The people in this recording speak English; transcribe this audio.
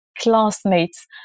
classmates